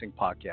podcast